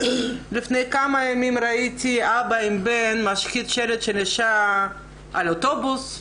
לפני כמה ימים ראיתי אבא עם בן משחית שלט של אישה על אוטובוס,